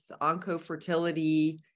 Oncofertility